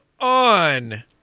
on